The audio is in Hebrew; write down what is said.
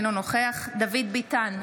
אינו נוכח דוד ביטן,